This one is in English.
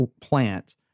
plant